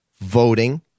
voting